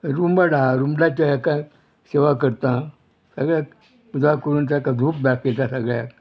रुमड आहा रुमडाचो हेका सेवा करता सगळ्याक पुजा करून तेका धूप दाकयता सगळ्याक